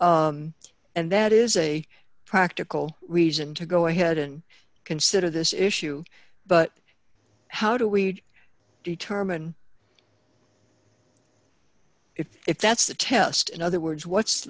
and that is a practical reason to go ahead and consider this issue but how do we determine if if that's the test in other words what's